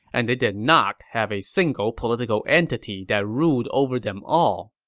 and they did not have a single political entity that ruled over them all.